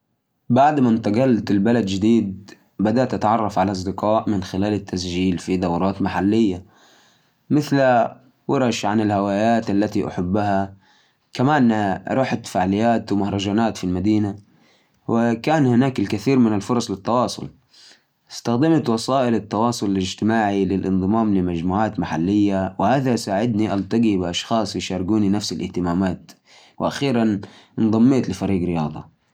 ، لما انتقلت للبلد الجديد أول شيء سويته، إني بدأت أشارك في الأنشطة المحلية، دخلت في دورات رياضية ومناسبات اجتماعية، وزي ما تعرف، الناس هنا مرة طيبين. دايماً أبدأ بالكلام البسيط، وأكون فضولي حول ثقافتهم، وأحاول أتعلم من عاداتهم. كمان، تطبيقات التواصل ساعدتني أتواصل مع ناس بنفس الإهتمامات.